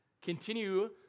continue